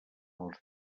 els